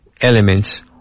elements